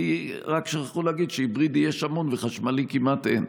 רק שכחו להגיד שהיברידי יש המון וחשמלי כמעט אין.